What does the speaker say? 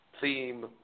theme